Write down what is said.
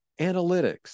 analytics